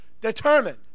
determined